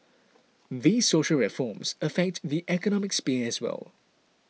these social reforms affect the economic sphere as well